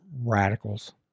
radicals